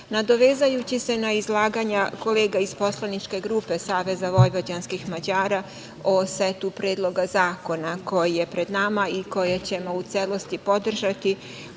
nadovezajući se na izlaganja iz poslaničke grupe SVM, o setu predloga zakona koji je pred nama i koje ćemo u celosti podržati,